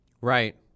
Right